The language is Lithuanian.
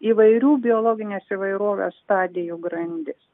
įvairių biologinės įvairovės stadijų grandis